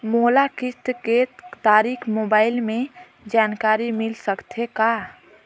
मोला किस्त के तारिक मोबाइल मे जानकारी मिल सकथे का?